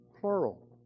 plural